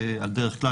על דרך כלל,